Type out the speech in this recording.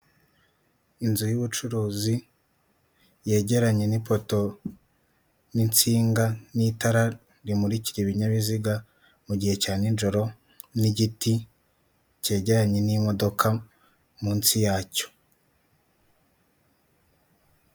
Inzu y'ubucuruzi yegeranye n'ipoto, n'intsinga, n'itara rimurikira ibinyabiziga mu gihe cya nijoro, n'igiti cyegeranye n'imodoka munsi yacyo.